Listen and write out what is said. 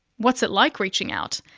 what's it like reaching out,